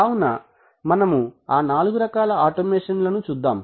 కావున మనము ఆ నాలుగు రకాల ఆటోమేషన్లు చూద్దాం